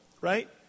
right